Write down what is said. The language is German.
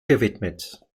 gewidmet